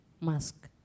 mask